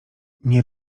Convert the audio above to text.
nie